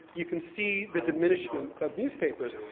you can see the diminishment of newspapers.